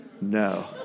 no